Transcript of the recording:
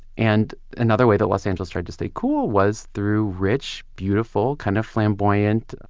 and another way that los angeles tried to stay cool was through rich, beautiful, kind of flamboyant,